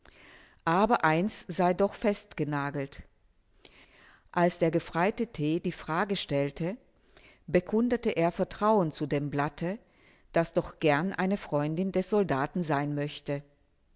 aber eines sei doch festgenagelt als der gefreite t die frage stellte bekundete er vertrauen zu dem blatte das doch gern eine freundin des soldaten sein möchte